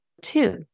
Two